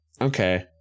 okay